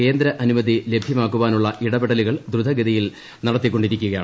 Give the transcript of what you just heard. കേന്ദ്ര അനുമതി ലഭ്യമാക്കാനുള്ള ഇടപെടലുകൾ ദ്രുതഗതിയിൽ നടത്തിക്കൊണ്ടിരിക്കുകയാണ്